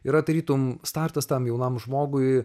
yra tarytum startas tam jaunam žmogui